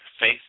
faith